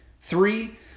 Three